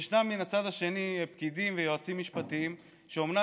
מן הצד השני יש פקידים ויועצים משפטיים שאומנם